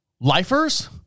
lifers